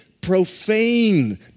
profane